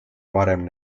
varem